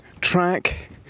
track